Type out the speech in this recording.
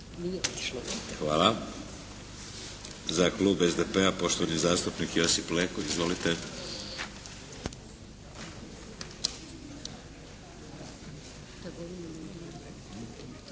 Hvala. Za klub SDP-a, poštovani zastupnik Josip Leko. Izvolite.